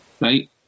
right